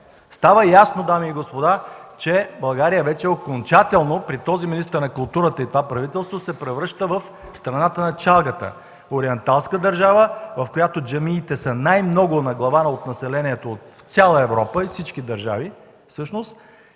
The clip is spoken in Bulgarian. Става ясно, дами и господа, че България вече окончателно при този министър на културата и при това правителство се превръща в страната на чалгата – ориенталска държава, в която джамиите са най-много на глава от населението в цяла Европа и всички държави всъщност,